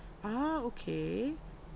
ah okay